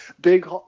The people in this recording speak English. big